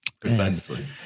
Precisely